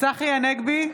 צחי הנגבי,